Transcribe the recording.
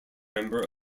member